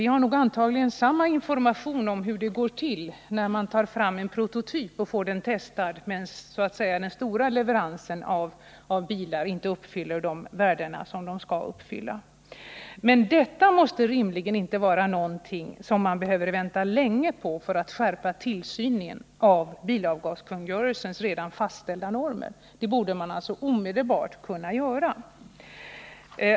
Vi har antagligen samma information om hur det går till när man tar fram en prototyp och får den testad, då så att säga den stora leveransen av bilar inte klarar de värden som skall klaras. Att skärpa tillsynen av tillämpningen av bilavgaskungörelsens redan fastställda normer borde man kunna göra omedelbart. Det är någonting som man rimligen inte skall behöva vänta så länge på.